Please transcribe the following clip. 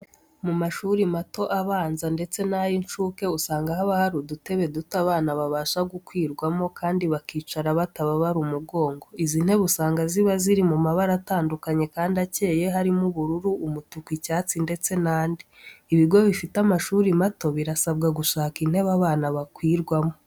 Mu mashuri mato abanza ndetse n'ay'incuke usanga haba hari udutebe duto abana babasha gukwirwamo, kandi bakicara batababara umugongo. Izi ntebe usanga ziba ziri mu mabara atandukanye kandi akeye, harimo ubururu, umutuku, icyatsi, ndetse n'andi. Ibigo bifite amashuri mato birasabwa gushaka intebe abana bakwiramo.